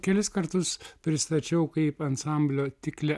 kelis kartus pristačiau kaip ansamblio tiklė